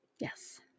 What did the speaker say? Yes